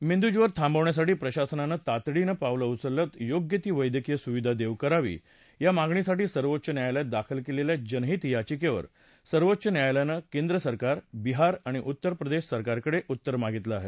मेंदूज्वर थांबवण्यासाठी प्रशासनानं तातडीनं पावलं उचलत योग्य ती वैद्यकीय सुविधा देऊ करावी या मागणीसाठी सर्वोच्च न्यायालयात दाखल केलेल्या जनहित याचिकेवर सर्वोच्च न्यायालयानं केंद्र सरकार बिहार अणि उत्तर प्रदेश सरकारकडे उत्तर मागितलं आहे